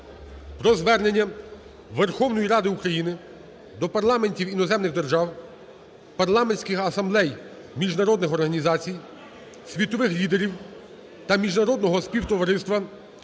Звернення Верховної Ради України до парламентів іноземних держав, парламентських асамблей міжнародних організацій, світових лідерів та міжнародного співтовариства у зв'язку